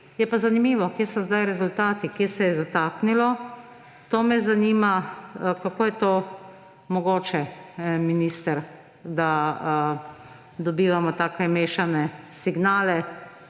je pa zanimivo – kje so zdaj rezultati, kje se je zataknilo? To me zanima: Kako je to mogoče, minister, da dobivamo takšne mešane signale?